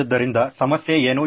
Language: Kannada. ಆದ್ದರಿಂದ ಸಮಸ್ಯೆ ಏನು